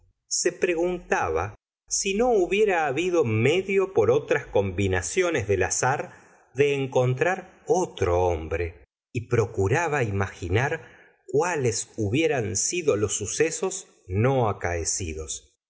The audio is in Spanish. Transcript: se preguntaba si no hubiera habido medio por otras combinaciones del azar de encontrar otro hombre y procuraba imaginar cuáles hubieran sido los sucesos no acaecidos